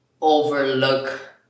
overlook